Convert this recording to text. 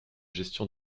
gestion